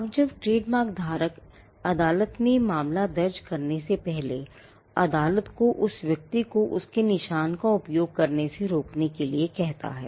अब जब ट्रेडमार्क धारक अदालत में मामला दर्ज करने से पहले अदालत को उस व्यक्ति को उसके निशान का उपयोग करने से रोकने के लिए कहता है